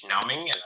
numbing